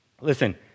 Listen